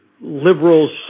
liberals